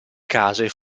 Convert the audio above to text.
case